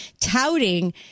touting